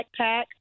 backpack